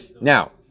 Now